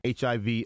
HIV